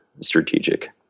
Strategic